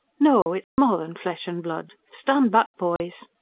no, it's more than flesh and blood. stand back, boys!